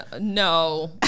No